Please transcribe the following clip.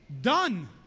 done